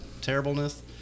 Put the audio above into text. terribleness